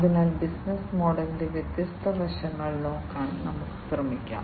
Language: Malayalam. അതിനാൽ ബിസിനസ്സ് മോഡലിന്റെ വ്യത്യസ്ത വശങ്ങൾ നോക്കാൻ നമുക്ക് ശ്രമിക്കാം